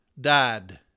died